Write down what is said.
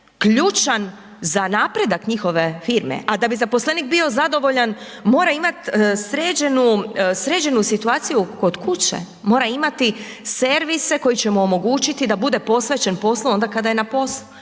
ključan za napredak njihove firme, a da bi zaposlenik bio zadovoljan mora imat sređenu, sređenu situaciju kod kuće, mora imati servise koji će omogućiti da bude posvećen poslu onda kada je na poslu,